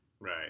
Right